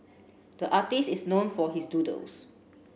the artist is known for his doodles